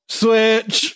switch